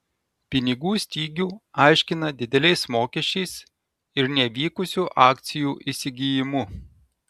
pinigų stygių aiškina dideliais mokesčiais ir nevykusiu akcijų įsigijimu